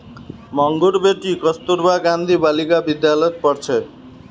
मंगूर बेटी कस्तूरबा गांधी बालिका विद्यालयत पढ़ छेक